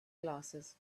glasses